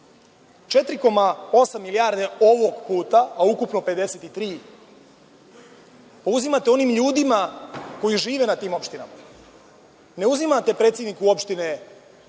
4,8 milijarde ovog puta, a ukupno 53? Uzimate onim ljudima koji žive na tim opštinama, ne uzimate predsedniku opštine